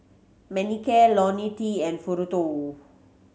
Manicare Ionil T and Futuro